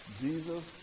Jesus